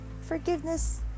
forgiveness